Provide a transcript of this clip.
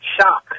shock